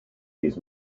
his